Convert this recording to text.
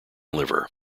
liver